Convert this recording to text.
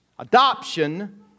Adoption